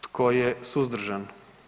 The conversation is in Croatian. Tko je suzdržan?